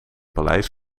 paleis